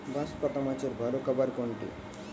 বাঁশপাতা মাছের ভালো খাবার কোনটি?